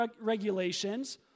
regulations